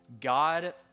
God